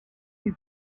eut